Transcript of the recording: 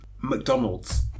McDonald's